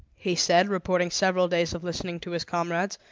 he said, reporting several days of listening to his comrades,